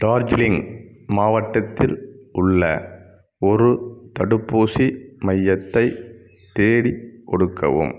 டார்ஜிலிங் மாவட்டத்தில் உள்ள ஒரு தடுப்பூசி மையத்தை தேடிக் கொடுக்கவும்